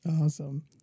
Awesome